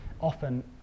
often